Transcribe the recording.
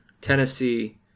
Tennessee